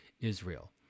Israel